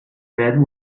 led